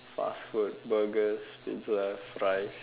fast food burgers pizza fries